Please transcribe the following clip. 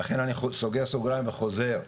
ולכן אני סוגר סוגריים וחוזר,